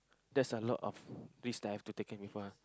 that's a lot of risk that I have to taken before ah